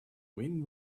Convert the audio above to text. when